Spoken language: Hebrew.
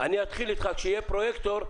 כשיהיה פרויקטור,